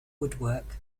woodwork